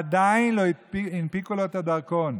עדיין לא הנפיקו לו את הדרכון,